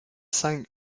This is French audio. cinq